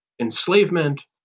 enslavement